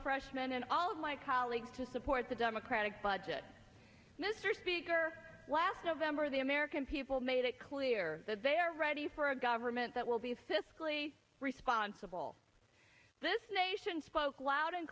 freshman and all of my colleagues to support the democratic budget mr speaker last november the american people made it clear that they are ready for a government that will be fiscally responsible this nation spoke loud and